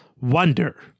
wonder